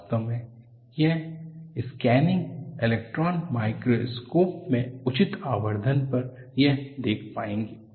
वास्तव में आप स्कैनिंग इलेक्ट्रॉन माइक्रोस्कोप में उचित आवर्धन पर यह देख पाएंगे